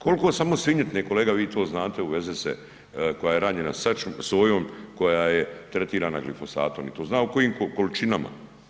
Koliko samo svinjetine, kolega vi to znate, uveze se koja je ranjena sojom koja je tretirana glifosatom i to zna u kojim količinama?